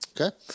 Okay